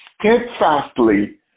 steadfastly